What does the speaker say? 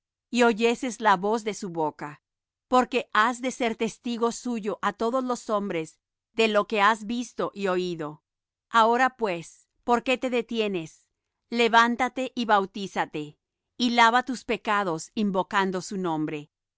y oyeses la voz de su boca porque has de ser testigo suyo á todos los hombres de lo que has visto y oído ahora pues por qué te detienes levántate y bautízate y lava tus pecados invocando su nombre